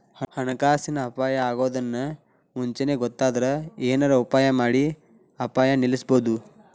ಹಣಕಾಸಿನ್ ಅಪಾಯಾ ಅಗೊದನ್ನ ಮುಂಚೇನ ಗೊತ್ತಾದ್ರ ಏನರ ಉಪಾಯಮಾಡಿ ಅಪಾಯ ನಿಲ್ಲಸ್ಬೊದು